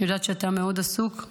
אני יודעת שאתה מאוד עסוק,